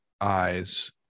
eyes